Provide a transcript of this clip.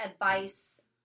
advice